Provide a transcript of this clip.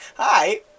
Hi